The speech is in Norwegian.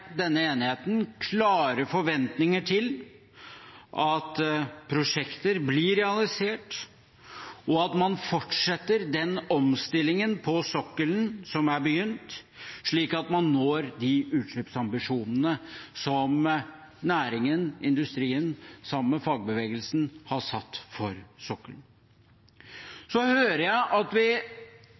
denne enigheten klare forventninger til at prosjekter blir realisert, og at man fortsetter den omstillingen som har begynt på sokkelen, slik at man når de utslippsambisjonene som næringen, industrien, sammen med fagbevegelsen, har satt for sokkelen. Jeg hører at